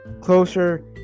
closer